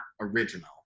original